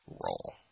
Roll